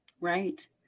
Right